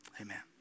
Amen